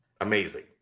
amazing